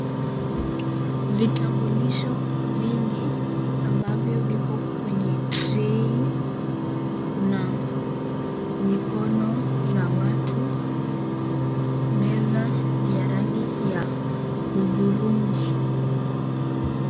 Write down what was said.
Vitambulisho vingi ambavyo viko kwenye tray . Kuna mikono za watu. Meza ni ya rangi ya udhurungi.